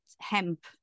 hemp